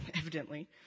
evidently